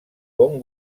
bon